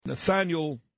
Nathaniel